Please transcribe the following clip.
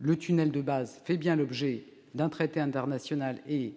Le tunnel de base fait bien l'objet d'un traité international au